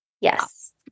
yes